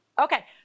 Okay